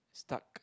stuck